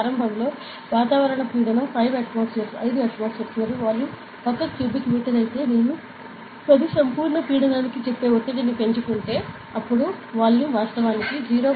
ప్రారంభంలో వాతావరణ పీడనం 5 atmosphere మరియు వాల్యూమ్ 1 మీటర్ క్యూబ్ అయితే నేను 10 atmosphere సంపూర్ణ పీడనాన్ని చెప్పే ఒత్తిడిని పెంచుకుంటే అప్పుడు వాల్యూమ్ వాస్తవానికి 0